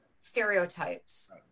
stereotypes